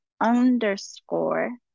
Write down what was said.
underscore